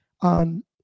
on